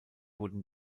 wurden